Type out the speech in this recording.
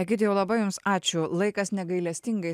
egidijau labai jums ačiū laikas negailestingai